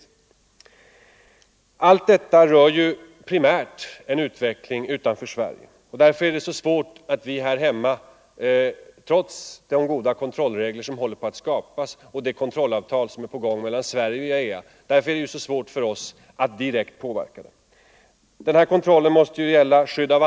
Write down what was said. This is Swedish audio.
Nr 131 Allt detta rör primärt en utveckling utanför Sverige. Därför är det Fredagen den svårt för oss här hemma, trots de goda kontrollregler som håller på att 29 november 1974 skapas och det kontrollavtal som är på gång mellan Sverige och IAEA, LL att direkt påverka utvecklingen. Kontrollen måste primärt gälla skydd Ang.